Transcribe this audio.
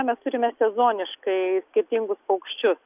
mes turime sezoniškai skirtingus aukščius